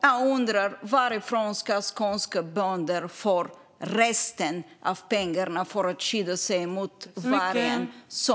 Jag undrar: Varifrån ska skånska bönder få resten av pengarna för att skydda sig mot varg?